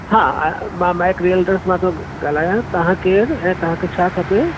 हा मां Mac realtors मां थो ॻाल्हायां तव्हां केरु ऐं तव्हांखे छा खपे